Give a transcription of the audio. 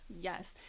Yes